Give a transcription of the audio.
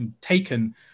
taken